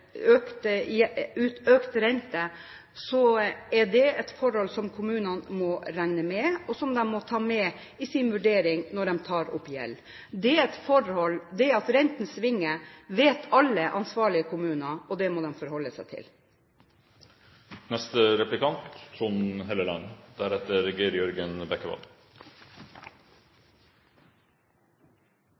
økte renter, er det et forhold som kommunene må regne med, og som de må ta med i vurderingen når de tar opp gjeld. Det at renten svinger, vet alle ansvarlige kommuner, og det må de forholde seg til.